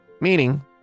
Meaning